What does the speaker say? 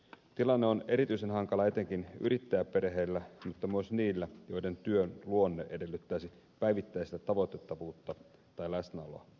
tilanne on erityisen hankala etenkin yrittäjäperheille mutta myös niille joiden työn luonne edellyttäisi päivittäistä tavoitettavuutta tai läsnäoloa